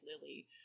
Lily